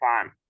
time